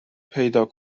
پیدا